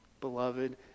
Beloved